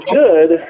good